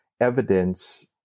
evidence